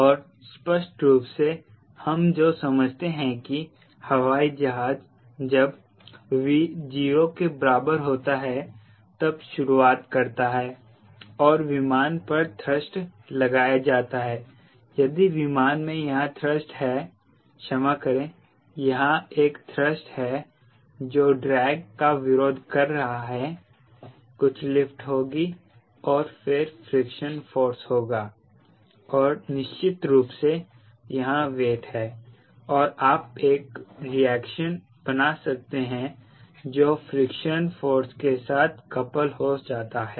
और स्पष्ट रूप से हम जो समझते हैं कि हवाई जहाज जब V 0 के बराबर होता है तब शुरुआत करता है और विमान पर थ्रस्ट लगाया जाता है यदि विमान मैं यहाँ थ्रस्ट है क्षमा करें यहाँ एक थ्रस्ट है जो ड्रैग का विरोध कर रहा है कुछ लिफ्ट होगी और फिर फ्रिक्शन फोर्स होगा और निश्चित रूप से वहाँ वेट है और आप एक रिएक्शन बना सकते हैं जो फ्रिक्शन फोर्स के साथ कपल हो जाता है